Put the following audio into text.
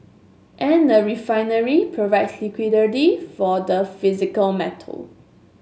and a refinery provides liquidity for the physical metal